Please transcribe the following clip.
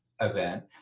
Event